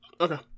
okay